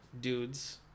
dudes